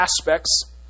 aspects